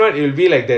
oh